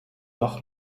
noch